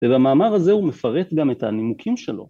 ‫ובמאמר הזה הוא מפרט ‫גם את הנימוקים שלו.